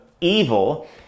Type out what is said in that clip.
evil